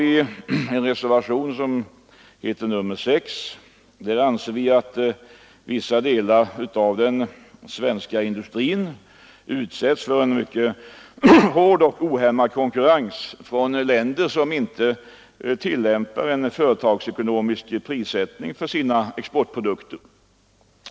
Vad angår reservationen 6 anser vi att vissa delar av den svenska industrin utsätts för en mycket hård och ohämmad konkurrens från länder som inte tillämpar en företagsekonomisk prissättning på sina exportprodukter.